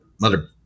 mother